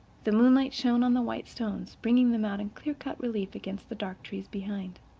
the moonlight shone on the white stones, bringing them out in clear-cut relief against the dark trees behind.